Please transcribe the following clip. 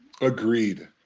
Agreed